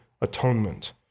atonement